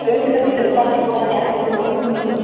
late ହେଲେ ବି ଚଲ୍ବା କି ପୁରା ଚାର୍ ବଜେ ବନ୍ଦ ହେଇଯାଇସି